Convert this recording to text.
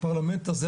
הפרלמנט הזה,